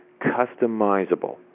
Customizable